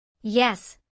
Yes